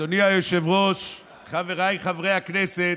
אדוני היושב-ראש, חבריי חברי הכנסת,